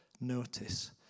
notice